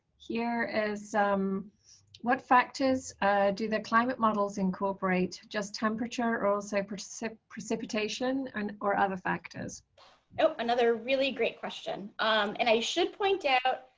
here is what factors do the climate models incorporate just temperature or also precipitation precipitation and or other factors another really great question and i should point out